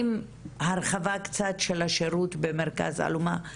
עם קצת הרחבה של השירות במרכז אלומה,